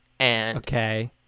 Okay